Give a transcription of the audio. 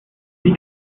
wie